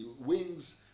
wings